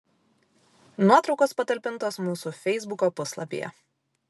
nuotraukos patalpintos mūsų feisbuko puslapyje